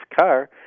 car